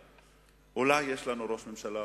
לגמרי.